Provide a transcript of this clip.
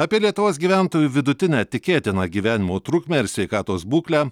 apie lietuvos gyventojų vidutinę tikėtiną gyvenimo trukmę ir sveikatos būklę